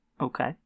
Okay